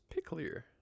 picklier